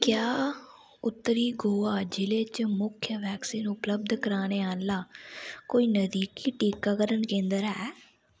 क्या उत्तरी गोवा जि'ले च मुख्य वैक्सीन उपलब्ध कराने आह्ला कोई नजदीकी टीकाकरण केंदर ऐ